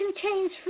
contains